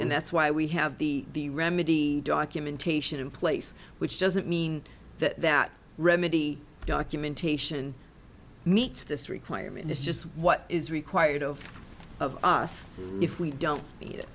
and that's why we have the remedy documentation in place which doesn't mean that that remedy documentation meets this requirement it's just what is required of of us if we don't